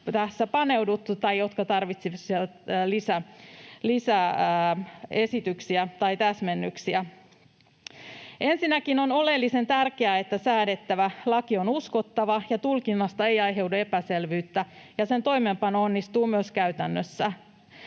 tai jotka tarvitsisivat lisäesityksiä tai täsmennyksiä. Ensinnäkin on oleellisen tärkeää, että säädettävä laki on uskottava ja tulkinnasta ei aiheudu epäselvyyttä ja sen toimeenpano onnistuu myös käytännössä.